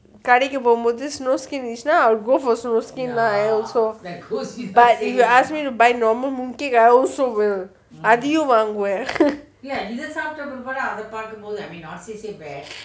கடைக்கு போகும் போது:kadaikku pogum pothu snow skin இருந்துச்சு னா:irunthuchunaa I will go for snow skin lah but if you ask me to buy normal mooncake I also will அதையும் வாங்குவேன்:athayum vaangguven